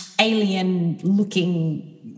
alien-looking